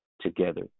together